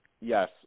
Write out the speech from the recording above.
Yes